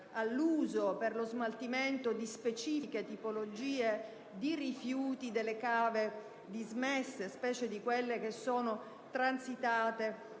all'uso, per lo smaltimento di specifiche tipologie di rifiuti, delle cave dismesse, specie di quelle che sono transitate